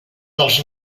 dels